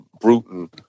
Bruton